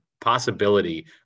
possibility